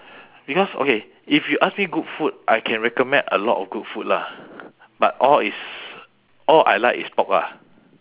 because okay if you ask me good food I can recommend a lot of good food lah but all is all I like is pork ah